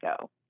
go